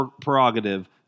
prerogative